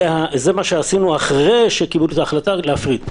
זה מה שעשינו אחרי שקיבלו את ההחלטה להפריט.